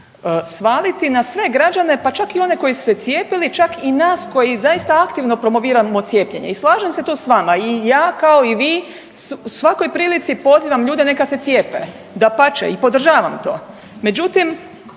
svaliti na sve građane pa čak i one koji su se cijepili, čak i nas koji zaista aktivno promoviramo cijepljenje. I slažem se tu s vama i ja kao i vi u svakoj prilici pozivam ljude neka se cijepe. Dapače i podržavam to,